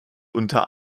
unter